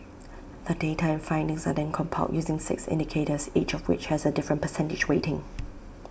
the data and findings are then compiled using six indicators each of which has A different percentage weighting